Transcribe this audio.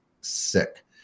sick